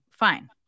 Fine